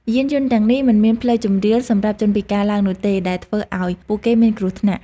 យានយន្តទាំងនេះ មិនមានផ្លូវជម្រាលសម្រាប់ជនពិការឡើងនោះទេ ដែលធ្វើឱ្យពួកគេមានគ្រោះថ្នាក់។